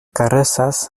karesas